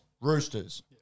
Roosters